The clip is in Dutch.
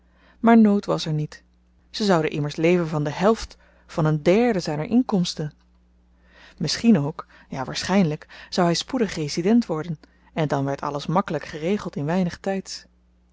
maar nood was er niet ze zouden immers leven van de helft van een derde zyner inkomsten misschien ook ja waarschynlyk zou hy spoedig resident worden en dan werd alles makkelyk geregeld in weinig tyds